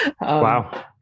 Wow